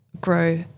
grow